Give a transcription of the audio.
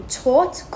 taught